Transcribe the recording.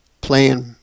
playing